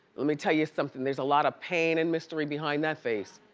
let me tell you somethin', there's a lotta pain and mystery behind that face.